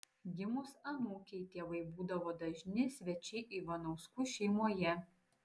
gimus anūkei tėvai būdavo dažni svečiai ivanauskų šeimoje